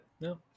no